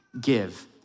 give